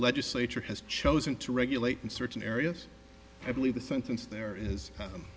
legislature has chosen to regulate in certain areas i believe the sentence there is